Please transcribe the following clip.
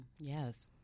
Yes